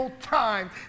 time